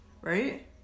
right